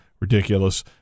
Ridiculous